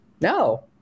no